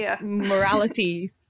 morality